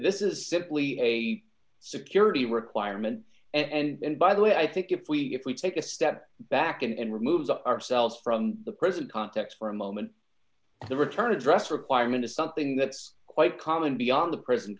this is simply a security requirement and by the way i think if we if we take a step back and removes ourselves from the present context for a moment the return address requirement is something that's quite common beyond the present